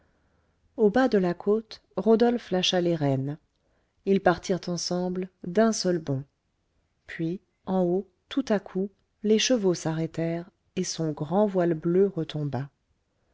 au bas de la côte rodolphe lâcha les rênes ils partirent ensemble d'un seul bond puis en haut tout à coup les chevaux s'arrêtèrent et son grand voile bleu retomba